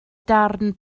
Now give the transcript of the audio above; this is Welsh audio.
darn